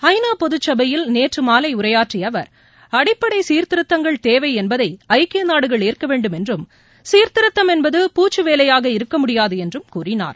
ஐ நா பொதுச்சபையில் நேற்றுமாலைஉரையாற்றியஅவர் அடிப்படைசீர்திருத்தங்கள் தேவைஎன்பதைஐக்கியநாடுகள் ஏற்கவேண்டும் என்றும் சீர்திருத்தம் என்பது பூச்சுவேலையாக இருக்கமுடியாதுஎன்றும் கூறினார்